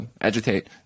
agitate